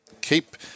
keep